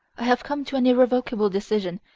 i have come to an irrevocable decision,